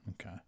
Okay